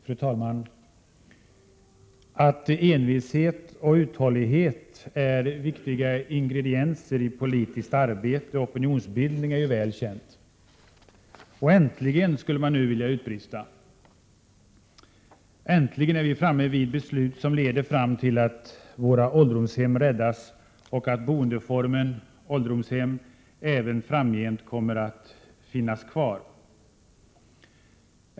Fru talman! Att envishet och uthållighet är viktiga ingredienser i politiskt arbete och opinionsbildning är ju väl känt. Och äntligen, skulle man nu vilja utbrista, är vi framme vid beslut som leder till att våra ålderdomshem räddas och att boendeformen ålderdomshem även framgent kommer att finnas kvar.